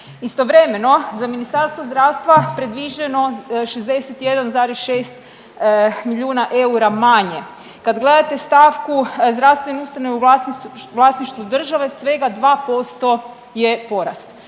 Istovremeno za Ministarstvo zdravstvo predviđeno 61,6 milijuna eura manje, kad gledate stavku zdravstvene ustanove u vlasništvu države svega 2% je porast.